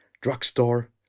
Drugstore